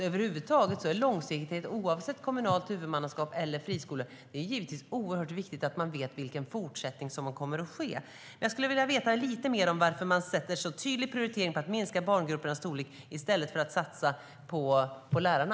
Över huvud taget, oavsett kommunalt huvudmannaskap eller friskolor, är det oerhört viktigt att eleverna vet vad fortsättningen kommer att bli. Jag skulle vilja veta lite mer om varför man så tydligt prioriterar att minska barngruppernas storlek i stället för att satsa på lärarna.